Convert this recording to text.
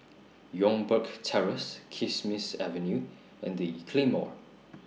Youngberg Terrace Kismis Avenue and The Claymore